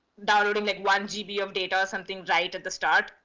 downloading like one gb ah of data, something right at the start,